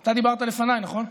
אתה דיברת לפניי, נכון?